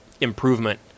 improvement